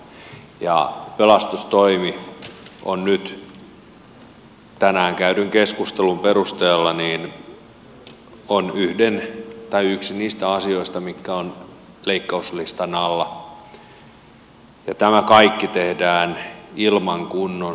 pelastustoimi on nyt tänään käydyn keskustelun perusteella yksi niistä asioista mitkä ovat leikkauslistan alla ja tämä kaikki tehdään ilman kunnon selvityksiä